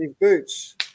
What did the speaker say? boots